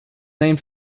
named